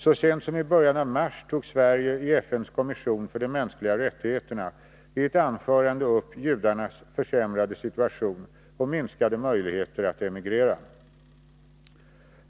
Så sent som i början av mars tog Sverige i FN:s kommission för de mänskliga rättigheterna i ett anförande upp judarnas försämrade situation och minskade möjligheter att emigrera.